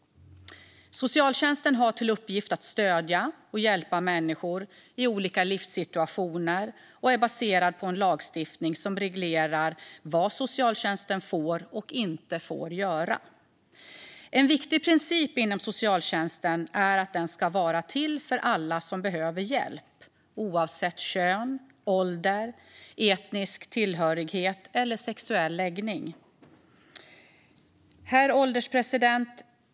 Socialtjänsten har till uppgift att stödja och hjälpa människor i olika livssituationer och är baserad på en lagstiftning som reglerar vad socialtjänsten får och inte får göra. En viktig princip inom socialtjänsten är att den ska vara till för alla som behöver hjälp, oavsett kön, ålder, etnisk tillhörighet och sexuell läggning. Herr ålderspresident!